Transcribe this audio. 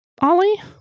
Ollie